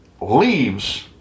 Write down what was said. Leaves